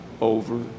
over